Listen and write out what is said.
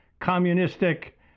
communistic